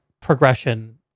progression